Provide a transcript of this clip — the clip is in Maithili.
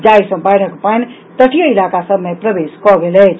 जाहि सॅ बाढ़िक पानी तटीय इलाका सभ मे प्रवेश कऽ गेल अछि